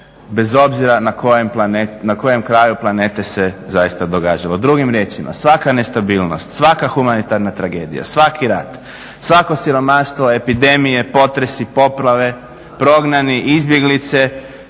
bez obzira na kojem kraju planete se zaista događalo. Drugim riječima, svaka nestabilnost, svaka humanitarna tragedija, svaki rad, svako siromaštvo, epidemije, potresi, poplave, prognani, izbjeglice,